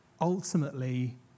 ultimately